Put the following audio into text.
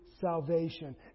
salvation